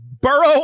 burrow